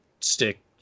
stick